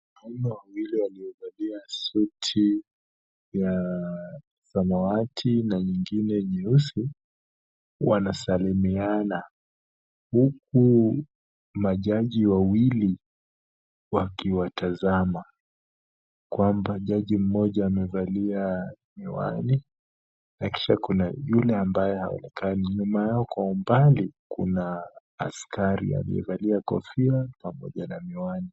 Wanaumme wawili waliovalia suti ya samawati na nyingine nyeusi wanasalimiana, huku majaji wawili wakiwatazama. Kwamba jaji mmoja amevalia miwani na kisha kuna yule ambaye haonekani. Nyuma yao kwa umbali kuna askari aliyevalia kofia pamoja na miwani.